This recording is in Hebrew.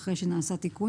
אחרי שנעשה תיקון,